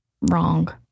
wrong